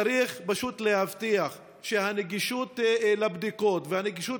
צריך להבטיח שהנגישות לבדיקות והנגישות